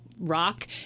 rock